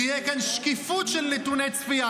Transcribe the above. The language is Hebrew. תהיה כאן שקיפות של נתוני צפייה.